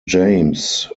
james